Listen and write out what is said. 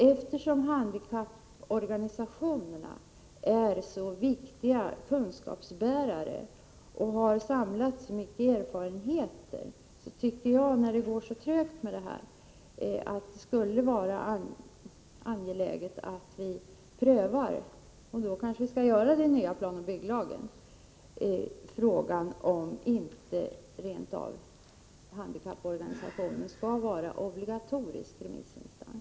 Eftersom handikapporganisationerna är så viktiga kunskapsbärare och har samlat så mycket erfarenheter, tycker jag att det skulle vara angeläget — när det går så trögt att förbättra tillgängligheten — att vi prövar, kanske i den nya planoch bygglagen, frågan om inte handikapporganisationerna skall vara obligatoriska remissinstanser.